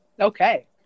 Okay